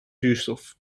zuurstof